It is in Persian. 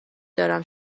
دارم